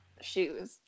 shoes